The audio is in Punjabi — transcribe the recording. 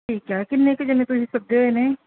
ਠੀਕ ਹੈ ਕਿੰਨੇ ਕੁ ਜਾਣੇ ਤੁਸੀਂ ਸੱਦੇ ਹੋਏ ਨੇ